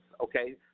okay